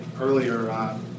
earlier